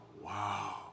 Wow